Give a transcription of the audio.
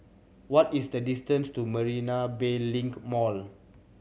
what is the distance to Marina Bay Link Mall